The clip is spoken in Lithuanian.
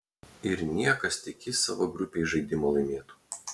ir niekas tik jis savo grupėj žaidimą laimėtų